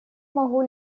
могу